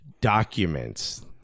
documents